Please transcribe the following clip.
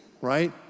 right